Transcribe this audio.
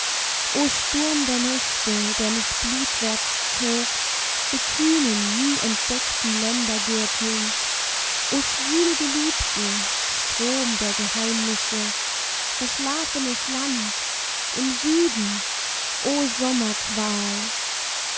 o sturm der nächte der mich blut wärts zog zu kühnen nie entdeckten ländergürteln o schwül geliebte strom der geheimnisse verschlafenes land im süden o